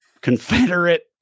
Confederate